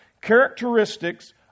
characteristics